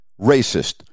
racist